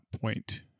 point